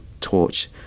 torch